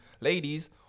ladies